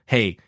Hey